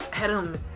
Adam